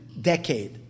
decade